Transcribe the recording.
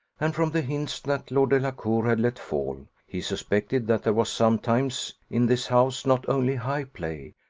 and from the hints that lord delacour had let fall, he suspected that there was sometimes in this house not only high play,